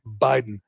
Biden